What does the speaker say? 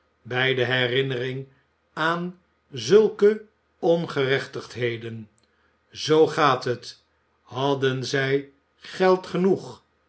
bij de herinnering aan zulke ongerechtigheden zoo gaat het hadden zij geld genoeg